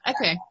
okay